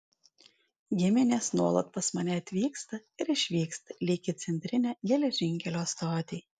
giminės nuolat pas mane atvyksta ir išvyksta lyg į centrinę geležinkelio stotį